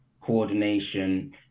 coordination